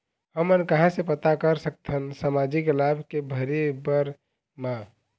हमन कहां से पता कर सकथन सामाजिक लाभ के भरे बर मा?